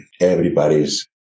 Everybody's